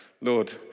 Lord